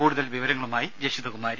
കൂടുതൽ വിവരങ്ങളുമായി ജഷിത കുമാരി